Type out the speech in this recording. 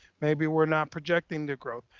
maybe we're not projecting the growth.